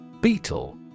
Beetle